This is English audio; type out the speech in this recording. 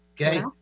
okay